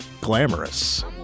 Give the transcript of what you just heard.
Glamorous